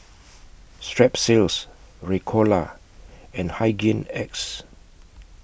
Strepsils Ricola and Hygin X